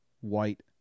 white